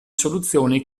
soluzioni